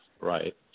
Right